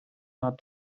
not